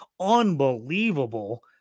unbelievable